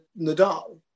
Nadal